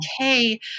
okay